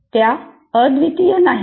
त्या अद्वितीय नाहीत